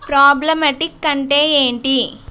problematic అంటే ఏంటి